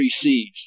precedes